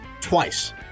twice